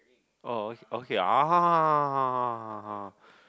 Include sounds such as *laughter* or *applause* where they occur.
oh o~ okay *noise*